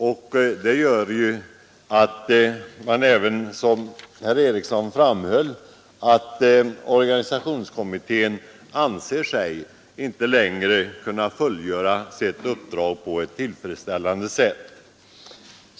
Detta har gjort att organisationskommittén, som herr Eriksson framhöll, nu inte längre anser sig kunna fullgöra sitt uppdrag på ett tillfredsställande sätt.